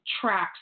tracks